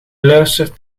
luistert